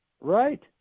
Right